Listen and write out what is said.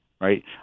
right